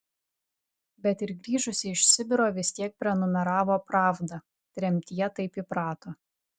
bet ir grįžusi iš sibiro vis tiek prenumeravo pravdą tremtyje taip įprato